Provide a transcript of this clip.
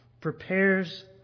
prepares